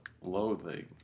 loathing